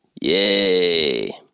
yay